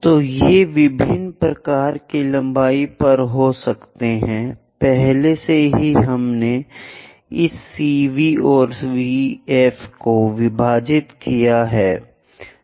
तो ये विभिन्न प्रकार की लंबाई पर हो सकते हैं पहले से ही हमने इस CV और VF को विभाजित किया है